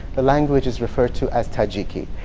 the language is referred to as tajiki.